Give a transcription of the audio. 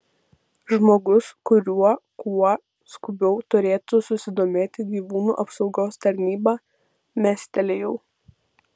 žmogus kuriuo kuo skubiau turėtų susidomėti gyvūnų apsaugos tarnyba mestelėjau